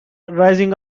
rising